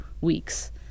weeks